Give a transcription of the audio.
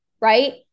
Right